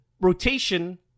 rotation